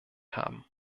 haben